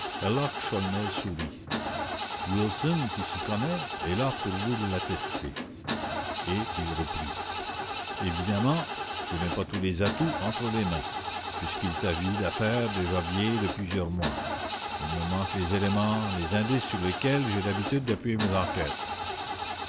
wilson qui s'y connaît est là pour vous l'attester et il reprit évidemment je n'ai pas tous les atouts entre les mains puisqu'il s'agit d'affaires déjà vieilles de plusieurs mois il me manque les éléments les indices sur lesquels j'ai l'habitude d'appuyer mes enquêtes